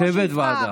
וצוות ועדה.